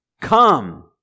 come